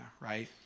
right